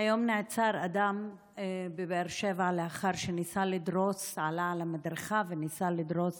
היום נעצר אדם בבאר שבע לאחר שעלה על המדרכה וניסה לדרוס